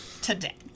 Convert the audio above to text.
today